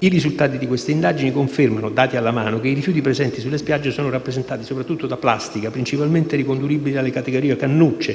I risultati di queste indagini confermano, dati alla mano, che i rifiuti presenti sulle spiagge sono rappresentati soprattutto da plastica e sono principalmente riconducibili alle categorie cannucce,